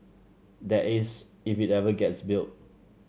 that is if it ever gets built